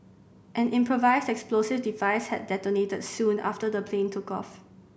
an improvised explosive device had detonated soon after the plane took off